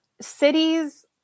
cities